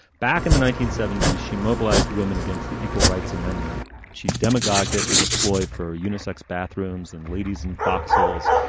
back in the nineteen seventy s, she mobilized women against the equal rights amendment. she demagogued it as a ploy for unisex bathrooms and ladies and foxholes.